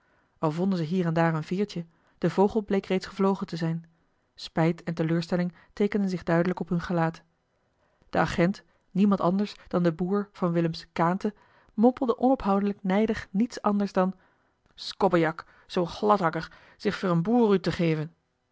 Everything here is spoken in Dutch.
al vonden ze hier en daar een veertje de vogel bleek reeds gevlogen te zijn spijt en teleurstelling teekenden zich duidelijk op hun gelaat de agent niemand anders dan de boer van willems kaante mompelde onophoudelijk nijdig niets anders dan skobbejak zoo'n gladdakker zich veur een boer uut te gèven